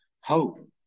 hope